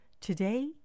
Today